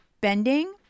bending